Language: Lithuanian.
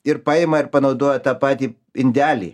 ir paima ir panaudoja tą patį indelį